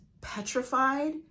petrified